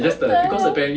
what the hell